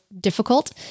difficult